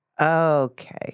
Okay